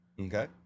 Okay